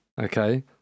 okay